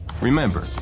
Remember